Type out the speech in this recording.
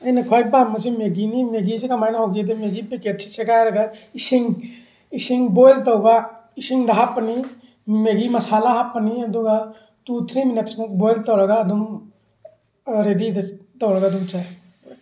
ꯑꯩꯅ ꯈ꯭ꯋꯥꯏ ꯄꯥꯝꯕꯁꯤ ꯃꯦꯒꯤꯅꯤ ꯃꯦꯒꯤꯁꯤ ꯀꯃꯥꯏꯅ ꯍꯧꯒꯦꯗ ꯃꯦꯒꯤ ꯄꯦꯀꯦꯠꯁꯤ ꯁꯦꯒꯥꯏꯔꯒ ꯏꯁꯤꯡ ꯏꯁꯤꯡ ꯕꯣꯏꯜ ꯇꯧꯕ ꯏꯁꯤꯡꯗ ꯍꯥꯞꯄꯅꯤ ꯃꯦꯒꯤ ꯃꯁꯥꯂꯥ ꯍꯥꯞꯄꯅꯤ ꯑꯗꯨꯒ ꯇꯨ ꯊ꯭ꯔꯤ ꯃꯤꯅꯠꯁ ꯃꯨꯛ ꯕꯣꯏꯜ ꯇꯧꯔꯒ ꯑꯗꯨꯒ ꯑꯗꯨꯝ ꯔꯦꯗꯤꯗ ꯇꯧꯔꯒ ꯑꯗꯨꯝ ꯆꯥꯏ